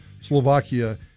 Slovakia